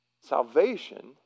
salvation